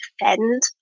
defend